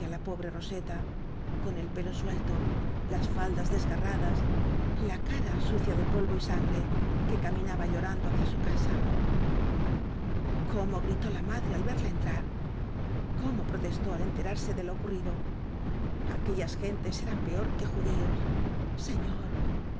la pobre roseta con el pelo suelto las faldas desgarradas la cara su cia de polvo y sangre s que caminaba llorando hacia su casa cómo gritó la madre al verla entrar cómo protestó al enterarse de lo ocurrido aquellas gen tes eran peor que judíos señor